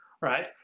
right